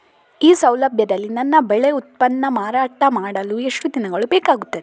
ಈ ಸೌಲಭ್ಯದಲ್ಲಿ ನನ್ನ ಬೆಳೆ ಉತ್ಪನ್ನ ಮಾರಾಟ ಮಾಡಲು ಎಷ್ಟು ದಿನಗಳು ಬೇಕಾಗುತ್ತದೆ?